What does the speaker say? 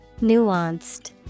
Nuanced